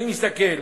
אני מסתכל,